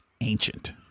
ancient